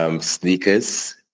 sneakers